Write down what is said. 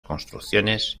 construcciones